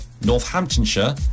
northamptonshire